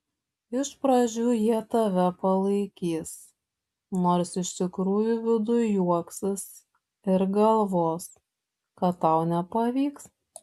iš pradžių jie tave palaikys nors iš tikrųjų viduj juoksis ir galvos kad tau nepavyks